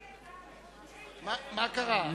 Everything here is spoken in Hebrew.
נגד מה קרה?